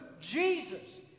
Jesus